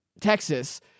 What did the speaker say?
Texas